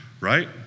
Right